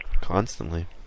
constantly